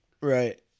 right